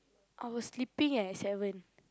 I was sleeping at seven